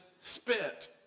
spit